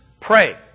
Pray